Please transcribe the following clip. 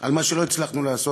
על מה שלא הצלחנו לעשות.